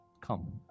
Come